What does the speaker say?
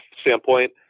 standpoint